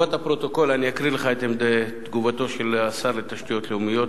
לטובת הפרוטוקול אני אקריא לך את תגובתו של השר לתשתיות לאומיות,